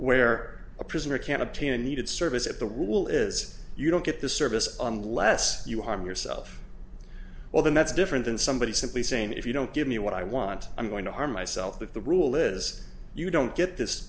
where a prisoner can obtain a needed service at the rule is you don't get the service on less you harm yourself well that's different than somebody simply saying if you don't give me what i want i'm going to harm myself but the rule is you don't get this